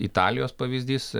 italijos pavyzdys